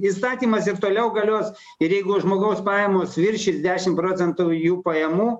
įstatymas ir toliau galios ir jeigu žmogaus pajamos viršys dešim procentų jų pajamų